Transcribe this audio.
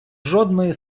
жодної